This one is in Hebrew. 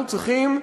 אנחנו צריכים,